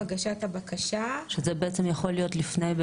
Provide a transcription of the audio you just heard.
זה יכול להיות לפני.